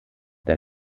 der